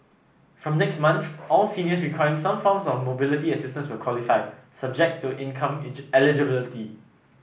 from next month all seniors requiring some form of mobility assistance will qualify subject to income eligibility